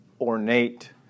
ornate